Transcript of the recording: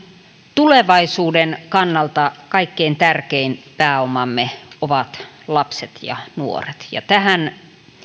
tulevaisuuden kannalta kaikkein tärkein pääomamme ovat lapset ja nuoret ja tähän